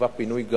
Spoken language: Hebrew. נקבע פינוי גמיש,